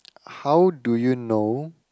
how do you know